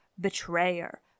Betrayer